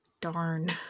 darn